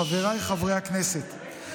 חבריי חברי הכנסת,